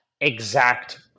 exact